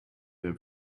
der